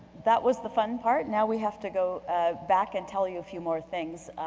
that was the fun part. now we have to go back and tell you a few more things.